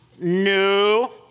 no